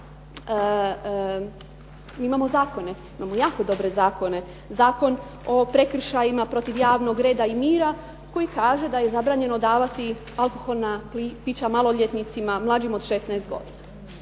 imamo zakone, mi imamo jako dobre zakone. Zakon o prekršajima protiv javnog reda i mira, koji kaže da je zabranjeno davati alkoholna pića maloljetnicima mlađim od 16 godina.